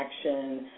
action